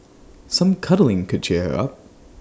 some cuddling could cheer her up